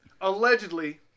Allegedly